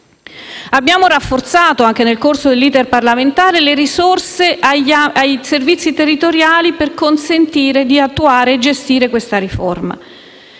Abbiamo rafforzato, anche nel corso dell'*iter* parlamentare, le risorse ai servizi territoriali per consentire di attuare e gestire questa riforma.